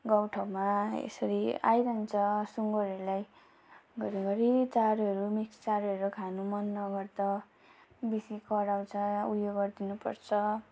गाउँठाउँमा यसरी आइरहन्छ सुँगुरहरूलाई घरिघरि चारोहरू मिक्स चारोहरू खानु मन नगर्दा बेसी कराउँछ उयोहरू गरिदिनुपर्छ